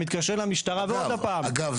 מתקשרים למשטרה ועוד הפעם --- אגב,